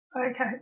Okay